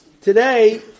today